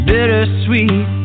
Bittersweet